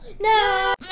No